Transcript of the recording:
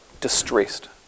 distressed